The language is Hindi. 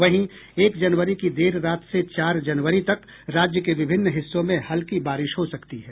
वहीं एक जनवरी की देर रात से चार जनवरी तक राज्य के विभिन्न हिस्सों में हल्की बारिश हो सकती है